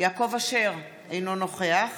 יעקב אשר, אינו נוכח